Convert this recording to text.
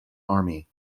army